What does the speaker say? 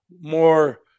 more